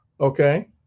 Okay